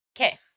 Okay